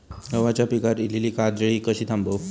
गव्हाच्या पिकार इलीली काजळी कशी थांबव?